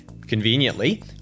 Conveniently